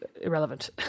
irrelevant